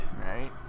Right